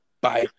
Bye